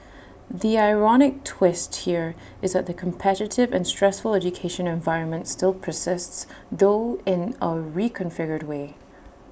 the ironic twist here is that the competitive and stressful education environment still persists though in A reconfigured way